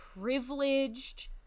privileged